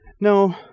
No